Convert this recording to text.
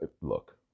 look